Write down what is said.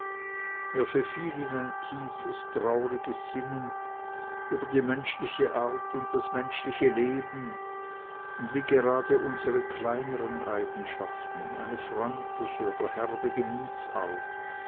er verfiel in ein tiefes trauriges sinnen über die menschliche art und das menschliche leben und wie gerade unsere kleineren eigenschaften eine freundliche oder herbe